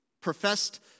professed